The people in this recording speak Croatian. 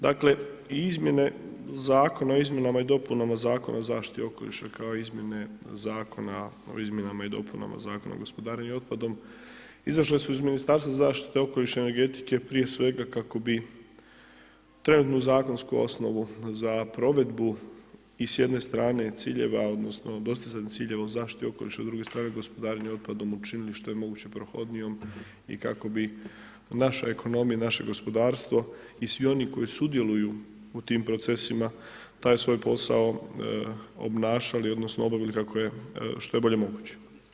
Dakle, i Izmjene zakona o Izmjenama i dopunama Zakona o zaštiti okoliša kao i Izmjene zakona o Izmjenama i dopunama Zakona o gospodarenju otpadom izašle su iz Ministarstva zaštite okoliša i energetike prije svega kako bi trenutno zakonsku osnovnu za provedbu i s jedene strena ciljeva, odnosno, dostizanje ciljeva u zaštitu okoliša s druge strane gospodarenjem otpadom, učinili što je moguće prohodnijom i kako bi naša ekonomija i naše gospodarstvo i svi oni koji sudjeluju u tim procesima taj svoj posao obnašali odnosno, obavili kako je što je bolje moguće.